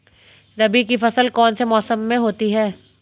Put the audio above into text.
रबी की फसल कौन से मौसम में होती है?